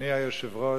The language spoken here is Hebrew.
אדוני היושב-ראש,